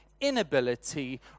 inability